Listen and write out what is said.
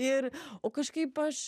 ir o kažkaip aš